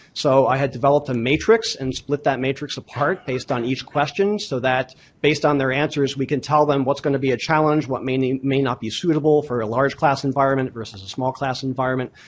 so i had developed a matrix and split that matrix apart based on each question so that based on their answers we can tell them what's gonna be a challenge, what may not may not be suitable for a large class environment verses a small class environment.